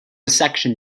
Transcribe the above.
section